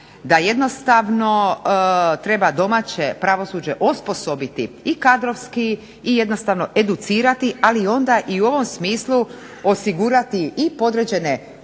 da jednostavno treba domaće pravosuđe osposobiti i kadrovski i jednostavno educirati, ali onda i u ovom smislu osigurati i podređene